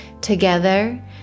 Together